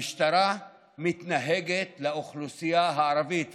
המשטרה מתנהגת לאוכלוסייה הערבית,